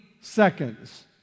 seconds